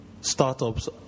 startups